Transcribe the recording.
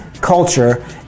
culture